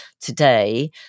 today